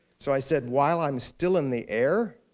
so i said, while i'm still in the air!